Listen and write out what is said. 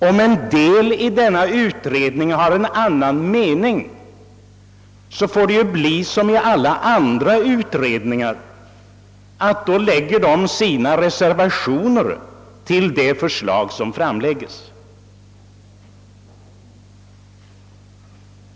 Om en del av ledamöterna i utredningen har en annan mening, får det ju bli som i alla andra utredningar, att reservationer fogas till de förslag som framläggs.